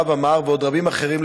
הרב עמאר ועוד רבים אחרים,